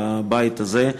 בבית הזה,